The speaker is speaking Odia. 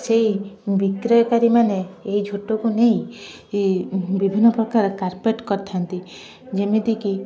ସେଇ ବିକ୍ରୟକାରୀ ମାନେ ଏଇ ଝୋଟକୁ ନେଇ ବିଭିନ୍ନ ପ୍ରକାର କାର୍ପେଟ୍ କରିଥାନ୍ତି ଯେମିତିକି